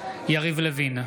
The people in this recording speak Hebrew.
יריב לוין,